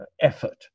effort